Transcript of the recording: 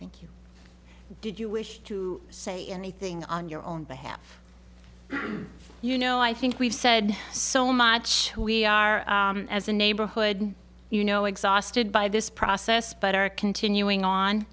thank you did you wish to say anything on your own behalf you know i think we've said so much who we are as a neighborhood you know exhausted by this process but are continuing on